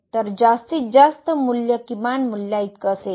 तर जास्तीत जास्त मूल्य किमान मूल्याइतके असेल